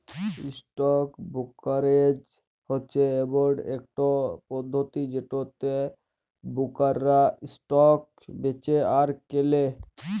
stock brokerage হচ্যে ইমন একট পধতি যেটতে বোরকাররা ইসটক বেঁচে আর কেলে